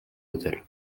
hôtel